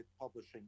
publishing